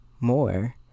more